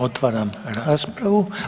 Otvaram raspravu.